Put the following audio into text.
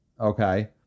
Okay